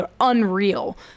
unreal